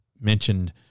mentioned